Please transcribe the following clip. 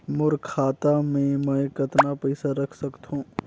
मोर खाता मे मै कतना पइसा रख सख्तो?